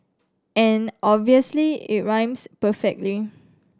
and obviously it rhymes perfecting